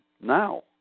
now